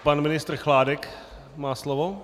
Pan ministr Chládek má slovo.